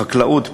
חקלאות,